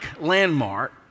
landmark